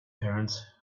parents